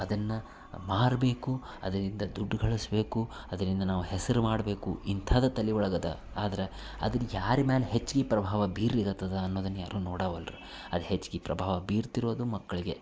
ಅದನ್ನು ಮಾರಬೇಕು ಅದರಿಂದ ದುಡ್ಡು ಗಳಿಸ್ಬೇಕು ಅದರಿಂದ ನಾವು ಹೆಸರು ಮಾಡಬೇಕು ಇಂಥದ್ದು ತಲೆ ಒಳಗೆ ಅದ ಆದ್ರೆ ಅದರ ಯಾರ ಮ್ಯಾಲೆ ಹೆಚ್ಗೆ ಪ್ರಭಾವ ಬೀರಲಿಕತ್ತದ ಅನ್ನೋದನ್ನು ಯಾರೂ ನೋಡವಲ್ರು ಅದು ಹೆಚ್ಗೆ ಪ್ರಭಾವ ಬೀರ್ತಿರೋದು ಮಕ್ಕಳಿಗೆ